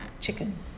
chicken